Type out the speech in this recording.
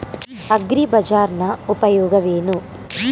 ಅಗ್ರಿಬಜಾರ್ ನ ಉಪಯೋಗವೇನು?